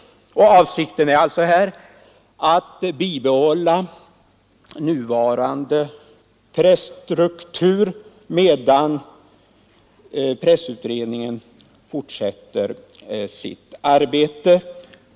Avsikten är alltså att bibehålla nuvarande presstruktur medan pressutredningen fortsätter sitt arbete.